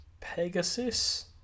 Pegasus